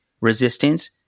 resistance